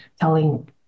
telling